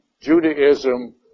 Judaism